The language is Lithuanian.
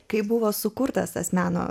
kai buvo sukurtas meno